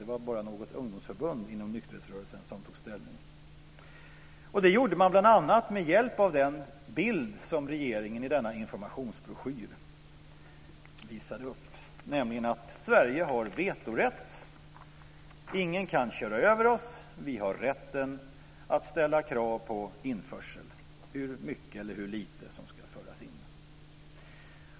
Det var bara något ungdomsförbund inom nykterhetsrörelsen som tog ställning. Det gjorde man bl.a. med hjälp av den bild som regeringen i denna informationsbroschyr visade upp, nämligen att Sverige har vetorätt, att ingen kan köra över oss och att vi har rätten att ställa krav på införsel - hur mycket eller lite som ska föras in.